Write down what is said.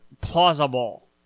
plausible